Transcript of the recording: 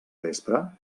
vespre